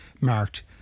marked